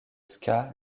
ska